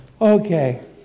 Okay